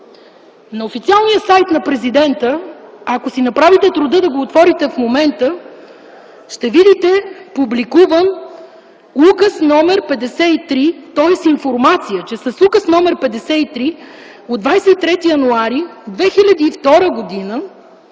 на официалния сайт на Президента, ако си направите труда да го отворите в момента, ще видите публикуван Указ № 53, тоест информация, че с Указ № 53 от 23 януари 2002 г.